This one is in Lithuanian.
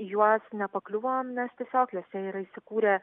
į juos nepakliuvom nes tiesiog juose yra įsikūrę